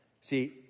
See